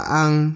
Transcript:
ang